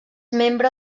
membre